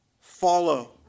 follow